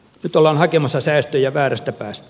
nyt ollaan hakemassa säästöjä väärästä päästä